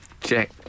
check